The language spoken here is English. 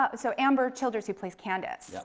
ah so ambyr childers, who plays candace, yeah